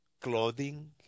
Clothing